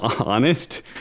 honest